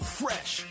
fresh